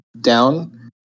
down